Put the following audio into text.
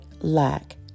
lack